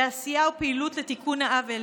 לעשיה ולפעילות לתיקון העוול.